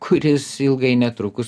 kuris ilgai netrukus